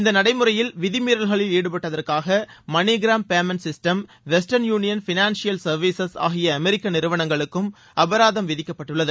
இந்த நடைமுறையில் விதிமீறல்களில் ஈடுபட்டதற்காக MoneyGram payment system Western Union financial சா்வீஸஸ் ஆகிய அமெரிக்க நிறுவனங்களுக்கும் அபராதம் விதிக்கப்பட்டள்ளது